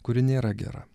kuri nėra gera